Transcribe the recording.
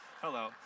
hello